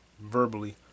verbally